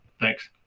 Thanks